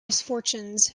misfortunes